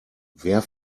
wer